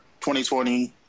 2020